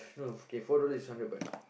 no okay four dollar is hundred butt